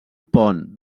pont